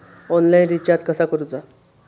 Online recharge कसा करूचा?